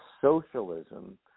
socialism